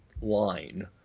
line